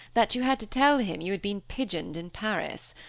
that you had to tell him you had been pigeoned in paris.